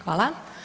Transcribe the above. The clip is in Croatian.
Hvala.